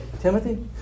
Timothy